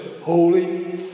Holy